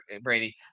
Brady